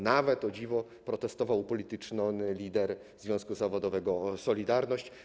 Nawet, o dziwo, protestował upolityczniony lider związku zawodowego „Solidarność”